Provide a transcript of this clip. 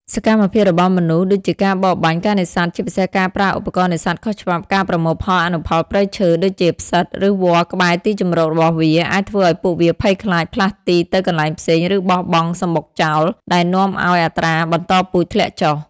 សកម្មភាពរបស់មនុស្ស ដូចជាការបរបាញ់ ការនេសាទ ជាពិសេសការប្រើឧបករណ៍នេសាទខុសច្បាប់ ការប្រមូលផលអនុផលព្រៃឈើ ដូចជាផ្សិត ឬវល្លិ៍ក្បែរទីជម្រករបស់វា អាចធ្វើឲ្យពួកវាភ័យខ្លាច ផ្លាស់ទីទៅកន្លែងផ្សេង ឬបោះបង់សម្បុកចោល ដែលនាំឲ្យអត្រាបន្តពូជធ្លាក់ចុះ។